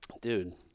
Dude